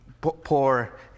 poor